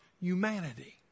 humanity